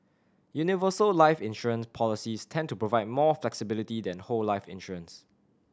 universal life insurance policies tend to provide more flexibility than whole life insurance